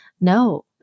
no